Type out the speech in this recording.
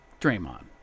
Draymond